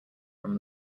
from